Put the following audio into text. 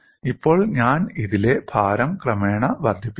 ഇപ്പോൾ ഞാൻ ഇതിലെ ഭാരം ക്രമേണ വർദ്ധിപ്പിക്കും